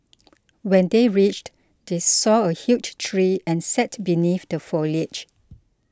when they reached they saw a huge tree and sat beneath the foliage